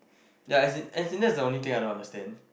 ya as in as in that's the only thing I don't understand